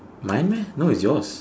mine meh no it's yours